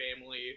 family